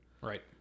Right